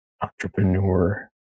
entrepreneur